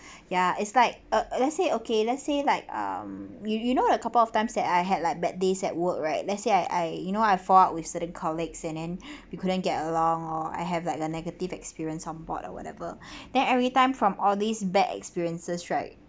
ya it's like uh let's say okay let's say like um you you know the couple of times that I had like bad days at work right let's say I I you know I fought with certain colleagues and and we couldn't get along or I have like a negative experience on board or whatever then everytime from all these bad experiences right